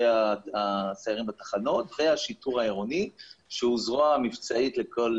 הסיירים בתחנות והשיטור העירוני שהוא זרוע מבצעית לכל